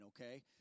okay